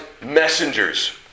messengers